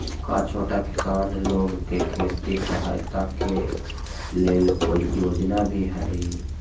का छोटा किसान लोग के खेती सहायता के लेंल कोई योजना भी हई?